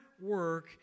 work